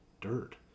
dirt